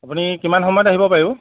আপুনি কিমান সময়ত আহিব পাৰিব